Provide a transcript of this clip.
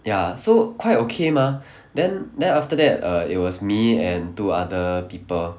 ya so quite okay mah then then after that err it was me and two other people